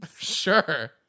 Sure